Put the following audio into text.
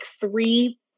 three